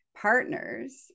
partners